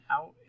out